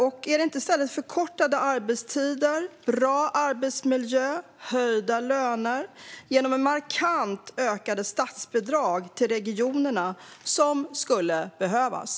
Är det inte i stället förkortade arbetstider, bra arbetsmiljö och höjda löner med hjälp av markant ökade statsbidrag till regionerna som skulle behövas?